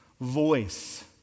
voice